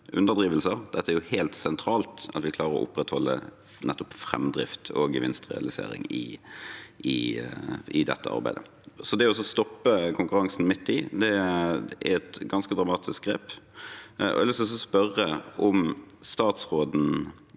underdrivelser. Det er jo helt sentralt at vi klarer å opprettholde nettopp framdrift og gevinstrealisering i dette arbeidet. Det å stoppe konkurransen midt i er et ganske dramatisk grep. Jeg har lyst til å spørre om statsråden